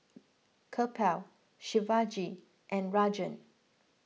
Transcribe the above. Kapil Shivaji and Rajan